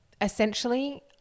essentially